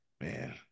man